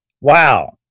Wow